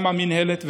גם המינהלת,